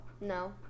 No